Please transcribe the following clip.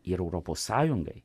ir europos sąjungai